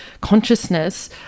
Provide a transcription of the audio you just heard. consciousness